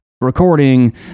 recording